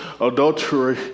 adultery